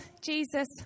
Jesus